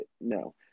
no